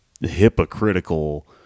hypocritical